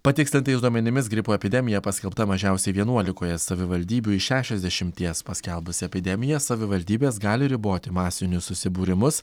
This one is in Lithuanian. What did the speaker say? patikslintais duomenimis gripo epidemija paskelbta mažiausiai vienuolikoje savivaldybių iš šešiasdešimties paskelbus epidemiją savivaldybės gali riboti masinius susibūrimus